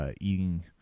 eating